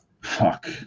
Fuck